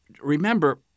remember